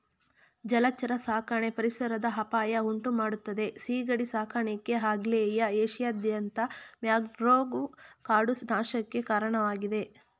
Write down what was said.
ಜಲಚರ ಸಾಕಣೆ ಪರಿಸರದ ಅಪಾಯ ಉಂಟುಮಾಡ್ತದೆ ಸೀಗಡಿ ಸಾಕಾಣಿಕೆ ಆಗ್ನೇಯ ಏಷ್ಯಾದಾದ್ಯಂತ ಮ್ಯಾಂಗ್ರೋವ್ ಕಾಡು ನಾಶಕ್ಕೆ ಕಾರಣವಾಗಿದೆ